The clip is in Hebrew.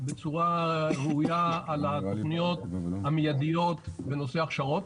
בצורה ראויה על התוכניות המידיות בנושא הכשרות.